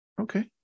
Okay